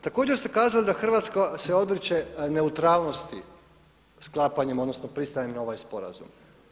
Također ste kazali da Hrvatska se odriče neutralnosti sklapanjem odnosno pristajanjem na ovaj sporazum.